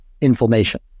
inflammation